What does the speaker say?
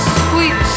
sweet